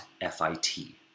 f-i-t